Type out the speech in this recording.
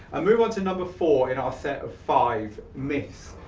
and move onto number four in our set of five myths.